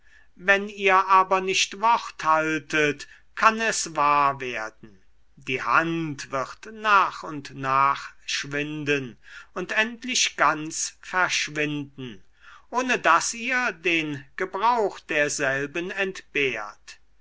wenn ihr aber nicht wort haltet kann es wahr werden die hand wird nach und nach schwinden und endlich ganz verschwinden ohne daß ihr den gebrauch derselben entbehrt